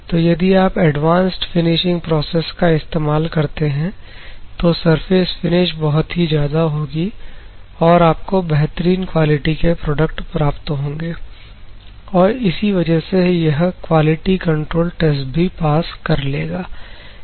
तो यदि आप एडवांस्ड फिनिशिंग प्रोसेस का इस्तेमाल करते हैं तो सर्फेस फिनिश बहुत ही ज्यादा होगी और आपको बेहतरीन क्वालिटी के प्रोडक्ट प्राप्त होंगे और इसी वजह से यह क्वालिटी कंट्रोल टेस्ट भी पास कर लेगा